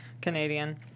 Canadian